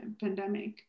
pandemic